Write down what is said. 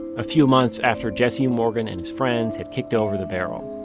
a few months after jesse morgan and his friends had kicked over the barrel.